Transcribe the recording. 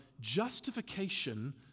justification